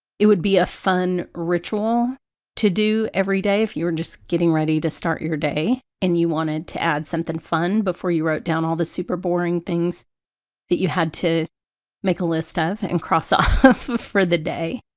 it would be a fun ritual to do every day if you were and just getting ready to start your day and you wanted to add something fun before you wrote down all the super boring things that you had to make a list of and cross off for the day.